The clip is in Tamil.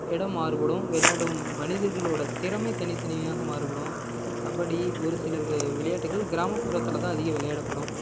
இடம் மாறுபடும் விளையாடும் மனிதர்களோட திறமை தனித்தனியாக மாறுபடும் கபடி ஒரு சில வெ விளையாட்டுகள் கிராமப்புறத்தில் தான் அதிகம் விளையாடப்படும்